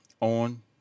on